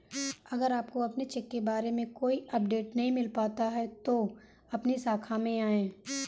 अगर आपको अपने चेक के बारे में कोई अपडेट नहीं मिल पाता है तो अपनी शाखा में आएं